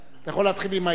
אתה יכול להתחיל עם העישון,